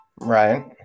right